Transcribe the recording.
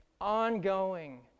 ongoing